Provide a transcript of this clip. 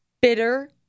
bitter